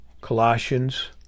colossians